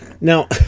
now